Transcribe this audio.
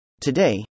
Today